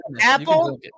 Apple